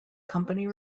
company